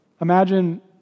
imagine